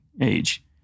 age